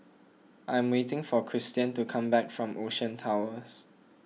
I'm waiting for Kristian to come back from Ocean Towers